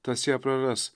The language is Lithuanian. tas ją praras